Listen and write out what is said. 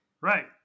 Right